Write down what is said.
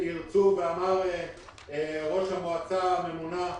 אמר ראש המועצה הממונה,